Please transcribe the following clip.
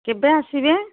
କେବେ ଆସିବେ